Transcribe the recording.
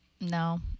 No